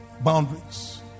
boundaries